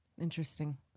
interesting